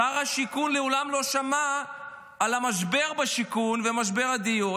שר השיכון מעולם לא שמע על המשבר בשיכון ומשבר הדיור.